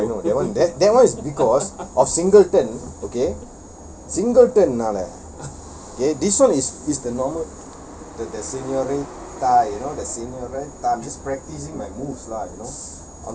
I know that one that that one is because of singleton okay singleton நால:naala okay this one is is the normal the the senorita you know the senorita I'm just practicing my moves lah you know